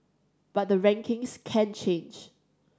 but the rankings can change